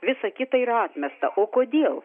visa kita yra atmesta o kodėl